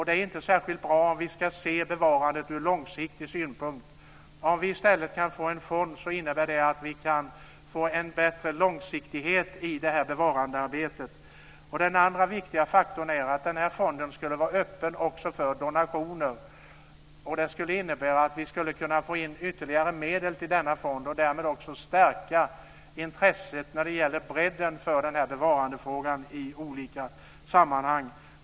Det är inte särskilt bra om vi ska se bevarandet långsiktigt. Om vi i stället kan få en fond innebär det att vi kan få en bättre långsiktighet i bevarandearbetet. Den andra viktiga faktorn är att den här fonden skulle vara öppen också för donationer. Det skulle innebära att vi skulle kunna få in ytterligare medel till denna fond och därmed också i olika sammanhang stärka intresset för och bredden i bevarandefrågan.